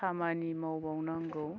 खामानि मावबाव नांगौ